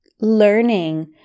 learning